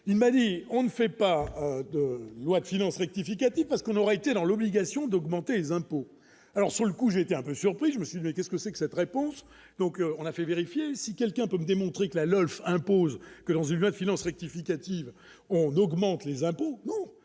il manie, on ne fait pas de loi de finances rectificative parce qu'on aurait été dans l'obligation d'augmenter les impôts, alors sur le coup, j'étais un peu surpris, je me suis mais qu'est, est-ce que c'est que cette réponse donc on a fait vérifier si quelqu'un peut me démontrer que la LOLF impose que dans une loi de finances rectificative, on augmente les impôts, on a